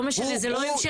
לא משנה, זה לא המשכיות.